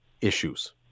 issues